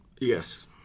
Yes